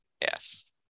Yes